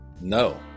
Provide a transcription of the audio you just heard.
No